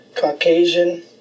Caucasian